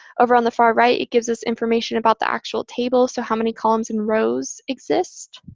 over on the far right, it gives us information about the actual table so how many columns and rows exist.